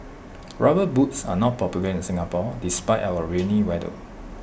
rubber boots are not popular in Singapore despite our rainy weather